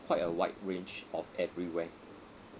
quite a wide range of everywhere